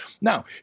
Now